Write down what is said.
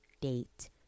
date